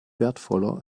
wertvoller